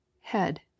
head